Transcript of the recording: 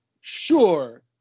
sure